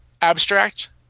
abstract